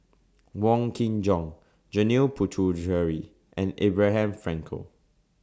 Wong Kin Jong Janil Puthucheary and Abraham Frankel